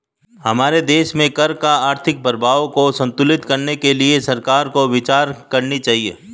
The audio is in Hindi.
हमारे देश में कर का आर्थिक प्रभाव को संतुलित करने के लिए सरकार को विचार करनी चाहिए